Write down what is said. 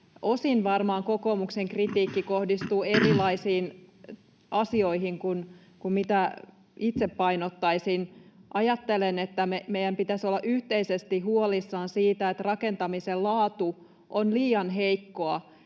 Osin varmaan kokoomuksen kritiikki kohdistuu erilaisiin asioihin kuin mitä itse painottaisin. Ajattelen, että meidän pitäisi olla yhteisesti huolissamme siitä, että rakentamisen laatu on liian heikkoa,